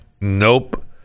Nope